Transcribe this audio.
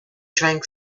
drank